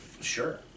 Sure